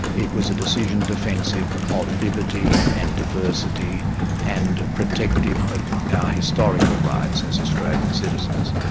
it was a decision defensive of liberty and diversity and protective of our historical rights as australian citizens.